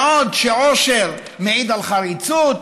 עושר מעיד על חריצות,